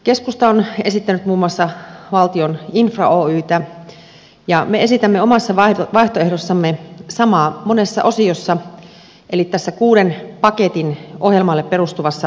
keskusta on esittänyt muun muassa valtion infra oytä ja me esitämme omassa vaihtoehdossamme samaa monessa osiossa eli tässä kuuden paketin ohjelmalle perustuvassa vaihtoehtobudjetissa